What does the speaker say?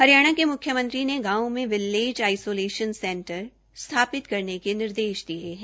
हरियाणा के म्ख्यमंत्री ने गावों में विलेज आइसोलेशन सेंटर स्थापित करने के निर्देश दिये हैं